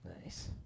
Nice